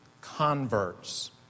converts